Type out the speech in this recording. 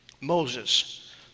Moses